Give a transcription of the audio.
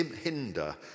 hinder